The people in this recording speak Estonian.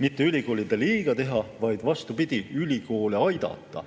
mitte ülikoolidele liiga teha, vaid vastupidi, ülikoole aidata.